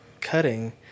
cutting